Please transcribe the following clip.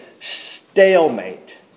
stalemate